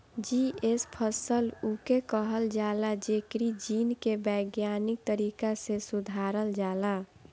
GM फसल उके कहल जाला जेकरी जीन के वैज्ञानिक तरीका से सुधारल जाला